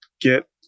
get